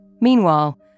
Meanwhile